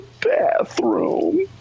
bathroom